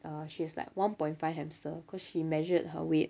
err she's like one point five hamster cause she measured her weight